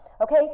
Okay